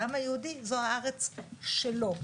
העם היהודי שזו הארץ שלו.